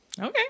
Okay